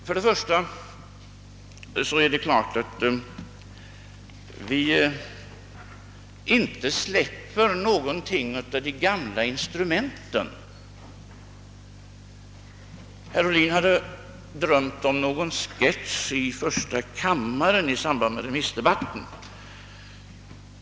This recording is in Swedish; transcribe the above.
För det första är det klart att vi inte släpper något av de gamla instrumenten. Herr Ohlin hade drömt om någon sketch i första kammaren i samband med remissdebatten.